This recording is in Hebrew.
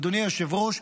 אדוני היושב-ראש,